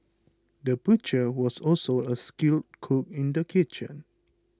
the butcher was also a skilled cook in the kitchen